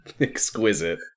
exquisite